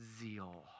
zeal